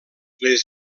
les